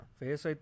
face